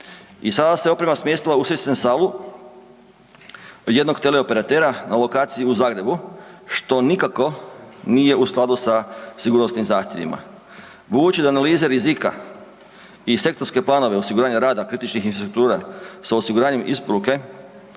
I sada se oprema smjestila u sistem salu jednog teleoperatera na lokaciji u Zagrebu što nikako nije u skladu sa sigurnosnim zahtjevima. Budući da analize rizika i sektorske planove osiguranja rada kritičnih infrastruktura sa osiguranjem isporuke